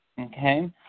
Okay